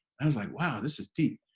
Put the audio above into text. i was like wow, this is deep'.